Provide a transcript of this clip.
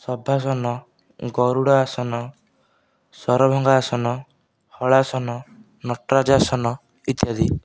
ସଭାସନ ଗରୁଡ଼ାସନ ସରଭଙ୍ଗାସନ ହଳାସନ ନଟରାଜାସନ ଇତ୍ୟାଦି